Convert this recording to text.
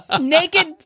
naked